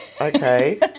Okay